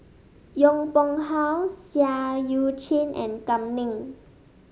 Yong Pung How Seah Eu Chin and Kam Ning